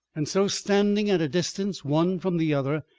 and so, standing at a distance one from the other,